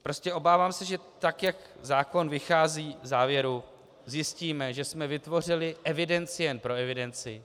Prostě se obávám, že tak, jak zákon vychází v závěru, zjistíme, že jsme vytvořili evidenci jen pro evidenci.